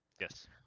Yes